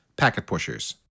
packetpushers